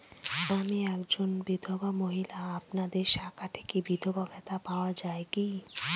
আমি একজন বিধবা মহিলা আপনাদের শাখা থেকে বিধবা ভাতা পাওয়া যায় কি?